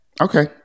okay